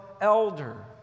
elder